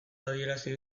adierazi